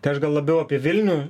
tai aš gal labiau apie vilnių